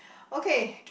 okay